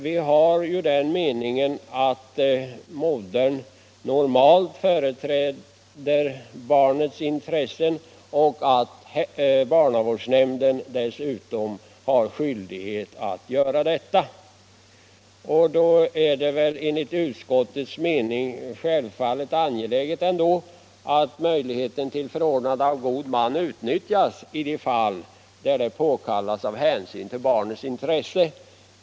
Vi har dock den meningen att modern normalt företräder barnets intressen och pekar på att dessutom barnavårdsnämnd har skyldighet att göra detta. Det är enligt utskottets mening självfallet ändå angeläget att möjligheten till förordnande av god man utnyttjas i de fall där det påkallas av hänsyn till barnets intresse.